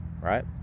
right